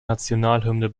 nationalhymne